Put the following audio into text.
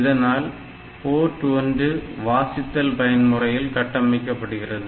இதனால் போர்ட் 1 வாசித்தல் பயன்முறையில் கட்டமைக்கப்படுகிறது